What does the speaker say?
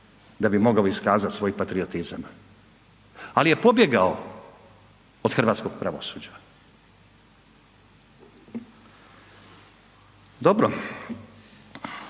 da bi mogao iskazati svoj patriotizam, ali je pobjegao od hrvatskog pravosuđa. Dobro,